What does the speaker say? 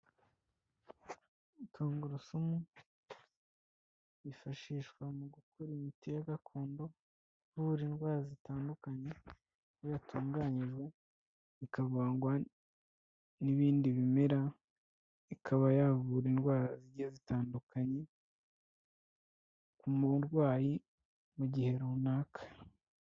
Tungurusumu yifashishwa mu gukora imiti ya gakondo ivura indwara zitandukanye, iyo yatunganyijwe, ikavangwa n'ibindi bimera, ikaba yavura indwara zigiye zitandukanye ku murwayi mu gihe runaka.